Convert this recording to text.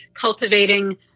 cultivating